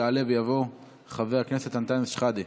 יעלה ויבוא חבר הכנסת אנטאנס שחאדה.